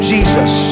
Jesus